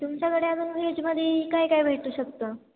तुमच्याकडे अजून व्हेजमध्ये काय काय भेटू शकतं